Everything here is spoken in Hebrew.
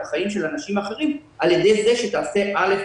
החיים של אנשים אחרים על ידי זה שתעשה א',